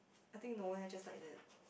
I think no eh just like that